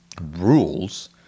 rules